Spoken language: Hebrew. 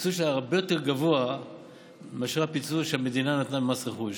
הפיצוי שלה היה הרבה יותר גבוה מאשר הפיצוי שהמדינה נתנה ממס רכוש.